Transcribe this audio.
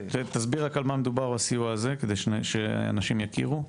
תסביר רק על מה מדובר בסיוע הזה כדי שאנשים יכירו.